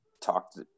talked